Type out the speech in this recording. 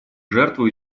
жертву